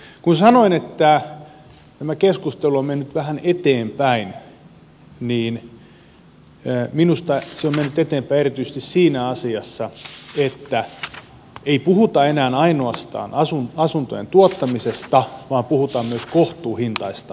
kun sanoin että tämä keskustelu on mennyt vähän eteenpäin niin minusta se on mennyt eteenpäin erityisesti siinä asiassa että ei puhuta enää ainoastaan asuntojen tuottamisesta vaan puhutaan myös kohtuuhintaisesta asumisesta